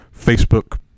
Facebook